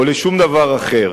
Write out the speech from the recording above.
או לשום דבר אחר.